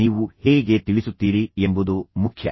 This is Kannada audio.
ನೀವು ಹೇಗೆ ತಿಳಿಸುತ್ತೀರಿ ಎಂಬುದು ಮುಖ್ಯ